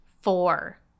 Four